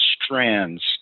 strands